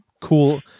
cool